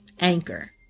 Anchor